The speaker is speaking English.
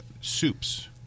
soups